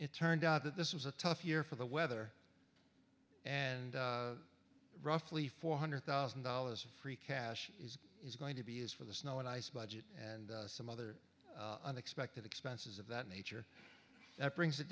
it turned out that this was a tough year for the weather and roughly four hundred thousand dollars of free cash is going to be is for the snow and ice budget and some other unexpected expenses of that nature that brings it